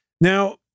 Now